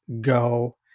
go